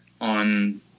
on